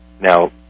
Now